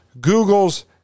google's